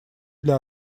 для